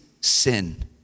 sin